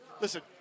Listen